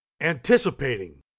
anticipating